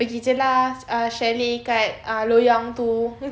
pergi jer lah ah chalet kat ah loyang tu